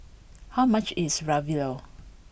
how much is Ravioli